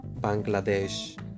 Bangladesh